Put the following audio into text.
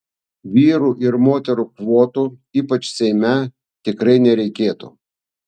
vyrų ir moterų kvotų ypač seime tikrai nereikėtų